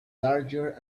larger